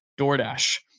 DoorDash